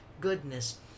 goodness